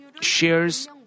shares